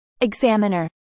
examiner